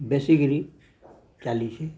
ବେଶୀକିରି ଚାଲିଛି